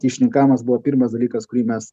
kyšininkavimas buvo pirmas dalykas kurį mes